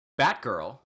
Batgirl